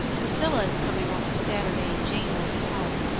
priscilla is coming over saturday and jane will be home.